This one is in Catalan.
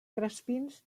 crespins